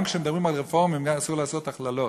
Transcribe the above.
גם כשמדברים על רפורמים אסור לעשות הכללות,